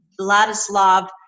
Vladislav